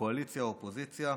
קואליציה אופוזיציה,